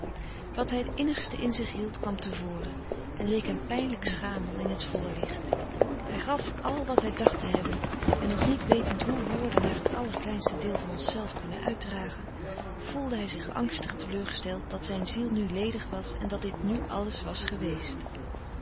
t innigste in zich hield kwam te vore en leek hem pijnlijk schamel in t volle licht hij gaf al wat hij dacht te hebben en nog niet wetend hoe woorden maar t aller kleinste deel van ons zelf kunnen uitdragen voelde hij zich angstig teleurgesteld dat zijn ziel nu ledig was en dat dit nu alles was geweest